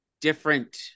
different